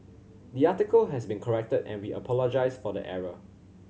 the article has been corrected and we apologise for the error